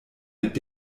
mit